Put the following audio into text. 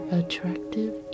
attractive